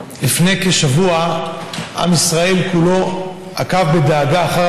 לפני כשבוע עם ישראל כולו עקב בדאגה אחר